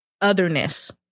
otherness